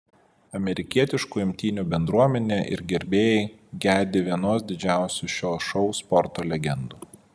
amerikietiškų imtynių bendruomenė ir gerbėjai gedi vienos didžiausių šio šou sporto legendų